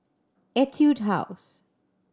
Etude House